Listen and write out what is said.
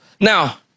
now